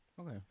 Okay